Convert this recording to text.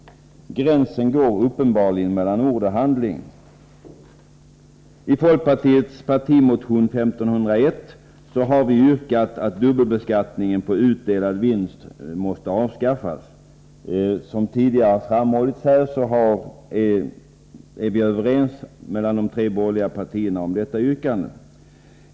Gränsen går uppenbarligen mellan ord och handling. I folkpartiets partimotion 1501 har vi yrkat att dubbelbeskattningen på utdelad vinst avskaffas. Som tidigare framhållits i debatten är de borgerliga partierna överens om detta yrkande.